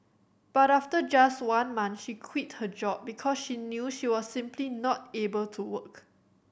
but after just one month she quit her job because she knew she was simply not able to work